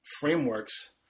frameworks